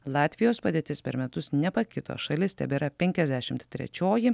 latvijos padėtis per metus nepakito šalis tebėra penkiasdešimt trečioji